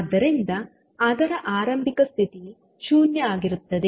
ಆದ್ದರಿಂದ ಅದರ ಆರಂಭಿಕ ಸ್ಥಿತಿ 0 ಯಾಗಿರುತ್ತದೆ